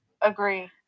Agree